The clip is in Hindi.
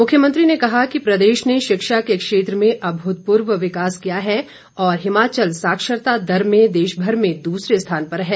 मुख्यमंत्री ने कहा कि प्रदेश ने शिक्षा के क्षेत्र में अभूतपूर्व विकास किया है और हिमाचल साक्षरता दर में देशभर में दूसरे स्थान पर है